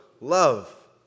love